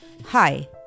Hi